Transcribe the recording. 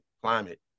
climate